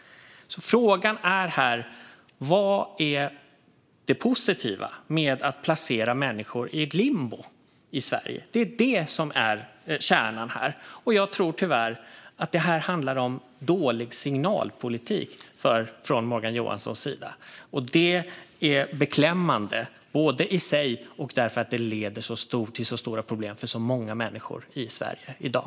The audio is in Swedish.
Frågan är här: Vad är det positiva med att placera människor i limbo i Sverige? Det är det som är kärnan här. Jag tror tyvärr att det här handlar om dålig signalpolitik från Morgan Johanssons sida. Det är beklämmande både i sig och därför att det leder till så stora problem för så många människor i Sverige i dag.